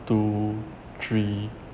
two three